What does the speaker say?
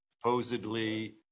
supposedly